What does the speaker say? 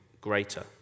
greater